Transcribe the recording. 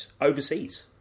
overseas